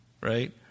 Right